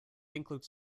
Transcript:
includes